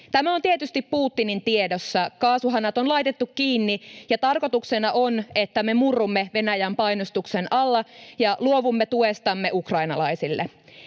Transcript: Tämä on tietysti Putinin tiedossa. Kaasuhanat on laitettu kiinni, ja tarkoituksena on, että me murrumme Venäjän painostuksen alla ja luovumme tuestamme ukrainalaisille.